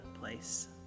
place